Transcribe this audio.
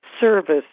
service